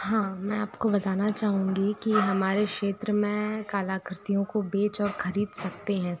हाँ मैं आपको बताना चाहूँगी कि हमारे क्षेत्र में कलाकृतियों को बेच और ख़रीद सकते हैं